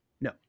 No